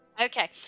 Okay